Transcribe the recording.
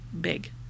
big